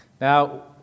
Now